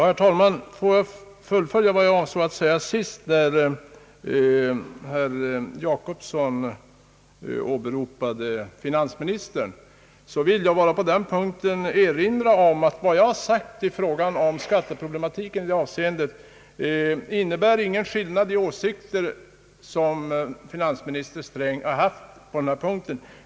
Herr talman! Jag vill komplettera mitt tidigare yttrande beträffande vad herr Jacobsson åberopade om finansministerns synpunkter. Vad jag uttalat i fråga om skatteproblematiken i detta avseende skiljer sig inte från de åsikter finansminister Sträng framfört.